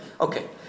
Okay